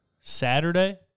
Saturday